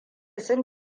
sun